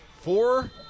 Four